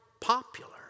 popular